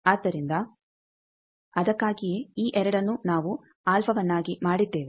ಆದ್ದರಿಂದ ಅದಕ್ಕಾಗಿಯೇ ಈ 2ಅನ್ನು ನಾವು ಅಲ್ಫಾವನ್ನಾಗಿ ಮಾಡಿದ್ದೇವೆ